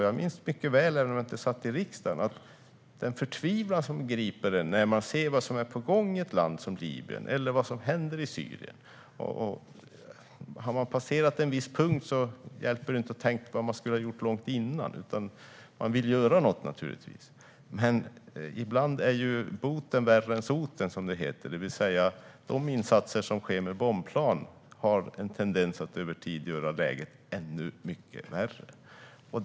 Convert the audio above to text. Jag minns mycket väl, även om jag inte satt i riksdagen då, känslan av förtvivlan som griper en när man ser vad som är på gång i ett land som Libyen eller vad som händer i Syrien. När man har passerat en viss punkt hjälper det inte att tänka på vad man skulle ha gjort långt tidigare, utan man vill naturligtvis göra något. Men ibland är boten värre än soten, som det heter. Insatser med bombplan har med andra ord en tendens att över tid förvärra läget ännu mer.